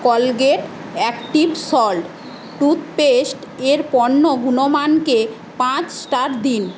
Colgate active salt toothpaste এর পণ্য গুণমানকে পাঁচ স্টার দিন